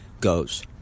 goes